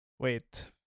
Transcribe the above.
Wait